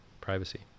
privacy